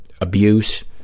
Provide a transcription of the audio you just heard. abuse